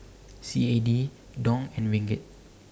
C A D Dong and Ringgit